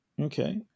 Okay